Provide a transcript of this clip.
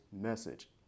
message